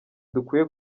dukwiye